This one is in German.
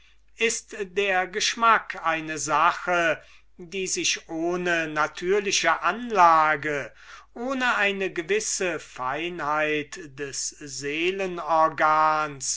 ist der geschmack eine sache die sich ohne natürliche anlage ohne eine gewisse feinheit des